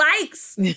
likes